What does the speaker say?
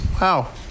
Wow